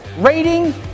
Rating